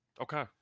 Okay